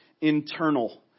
internal